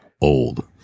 Old